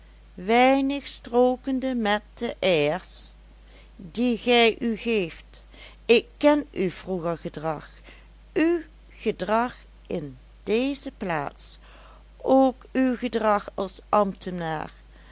weinig strookende met de airs die gij u geeft ik ken uw vroeger gedrag uw gedrag in deze plaats ook uw gedrag als ambtenaar